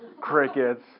crickets